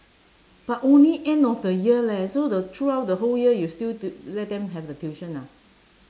but only end of the year leh so the throughout the whole year you still t~ let them have the tuition ah